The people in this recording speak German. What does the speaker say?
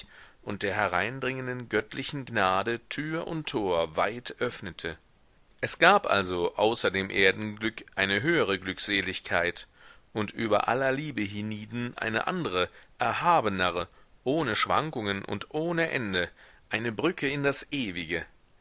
und der hereindringenden göttlichen gnade tür und tor weit öffnete es gab also außer dem erdenglück eine höhere glückseligkeit und über aller liebe hienieden eine andre erhabenere ohne schwankungen und ohne ende eine brücke in das ewige